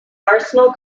arsenal